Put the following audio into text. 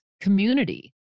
community